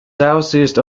southeast